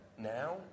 Now